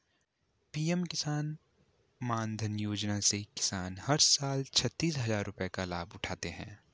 PM किसान मानधन योजना से किसान हर साल छतीस हजार रुपये का लाभ उठाते है